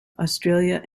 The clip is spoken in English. australia